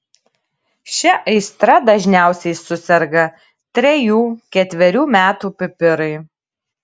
šia aistra dažniausiai suserga trejų ketverių metų pipirai